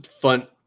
fun